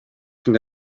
sind